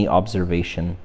observation